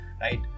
right